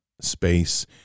space